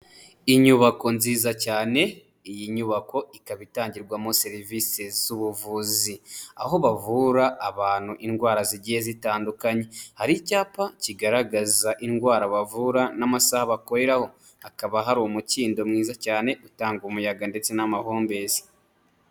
Inyubako nziza cyane, iyi nyubako ikaba itangirwamo serivisi z'ubuvuzi aho bavura abantu indwara zigiye zitandukanye, hari icyapa kigaragaza indwara bavura n'amasaha bakoreraraho hakaba hari umukindo mwiza cyane utanga umuyaga ndetse n'amahumbezi.